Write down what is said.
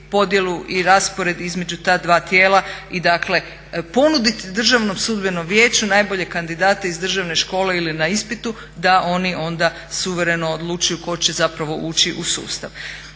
i raspored između ta dva tijela i dakle ponuditi Državnom sudbenom vijeću najbolje kandidate iz državne škole ili na ispitu da oni onda suvereno odlučuju tko će zapravo ući u sustav.